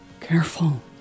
Careful